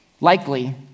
Likely